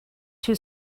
too